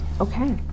Okay